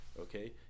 Okay